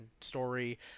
story